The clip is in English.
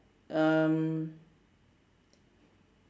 um